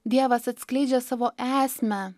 dievas atskleidžia savo esmę